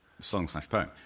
song-slash-poem